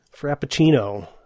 Frappuccino